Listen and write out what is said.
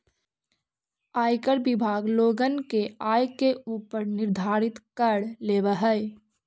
आयकर विभाग लोगन के आय के ऊपर निर्धारित कर लेवऽ हई